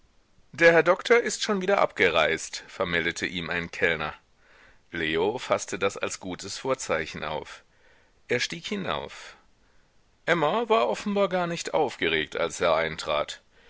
der herr doktor ist schon wieder abgereist vermeldete ihm ein kellner leo faßte das als gutes vorzeichen auf er stieg hinauf emma war offenbar gar nicht aufgeregt als er eintrat